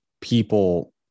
people